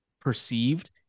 perceived